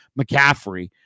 McCaffrey